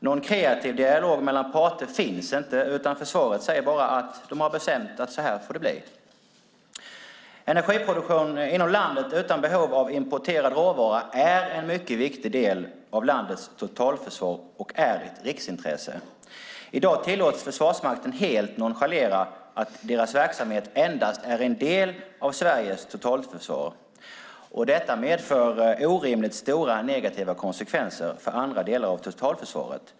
Någon kreativ dialog mellan parter finns inte utan försvaret säger bara att de har bestämt att så här får det bli. Energiproduktion inom landet utan behov av importerad råvara är en mycket viktig del av landets totalförsvar och är ett riksintresse. I dag tillåts Försvarsmakten helt nonchalera att deras verksamhet endast är en del av Sveriges totalförsvar. Detta medför orimligt stora negativa konsekvenser för andra delar av totalförsvaret.